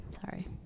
sorry